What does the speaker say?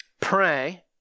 Pray